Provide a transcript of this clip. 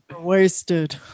wasted